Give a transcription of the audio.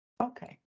Okay